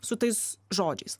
su tais žodžiais